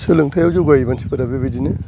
सोलोंथाइयाव जौगायै मानसिफोरा बेबादिनो